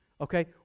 Okay